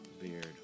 beard